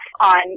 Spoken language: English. on